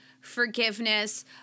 forgiveness